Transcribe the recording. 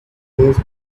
always